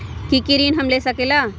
की की ऋण हम ले सकेला?